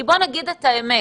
כי בוא נגיד את האמת,